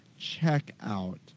checkout